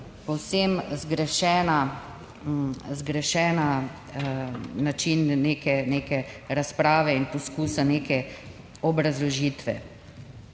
povsem zgrešen način neke razprave in poskusa neke obrazložitve.